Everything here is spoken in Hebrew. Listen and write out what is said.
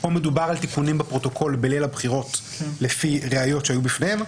פה מדובר על תיקונים בפרוטוקול בליל הבחירות לפי ראיות שהיו בפניהם.